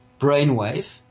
brainwave